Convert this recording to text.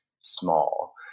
small